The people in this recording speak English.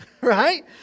Right